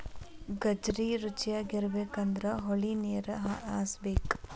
ಗಜ್ರಿ ರುಚಿಯಾಗಬೇಕಂದ್ರ ಹೊಳಿನೇರ ಹಾಸಬೇಕ